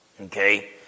Okay